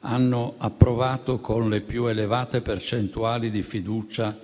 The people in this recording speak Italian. hanno approvato con le più elevate percentuali di fiducia